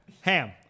Ham